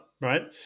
Right